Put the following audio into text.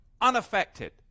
unaffected